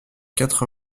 quatre